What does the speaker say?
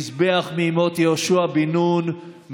מזבח מימות יהושע בן נון,